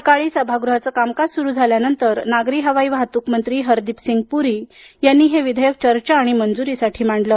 सकाळी सभागृहाचं कामकाज सुरू झाल्यावर नागरी हवाई वाहतूक मंत्री हरदीप सिंग पुरी यांनी हे विधेयक चर्चा आणि मंजुरीसाठी मांडलं